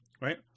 right